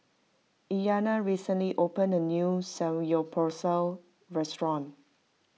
Iyanna recently opened a new Samgeyopsal restaurant